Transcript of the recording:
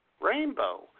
Rainbow